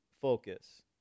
focus